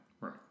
Right